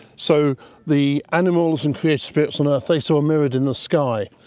so the animals and creative spirits on earth they saw mirrored in the sky,